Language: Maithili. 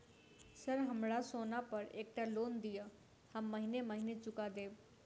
सर हमरा सोना पर एकटा लोन दिऽ हम महीने महीने चुका देब?